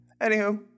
anywho